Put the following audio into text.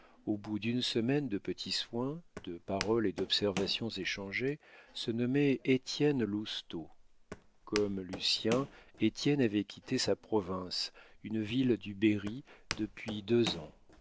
au bout d'une semaine de petits soins de paroles et d'observations échangées se nommait étienne lousteau comme lucien étienne avait quitté sa province une ville du berry depuis deux ans